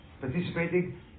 participating